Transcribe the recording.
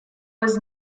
was